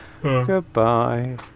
Goodbye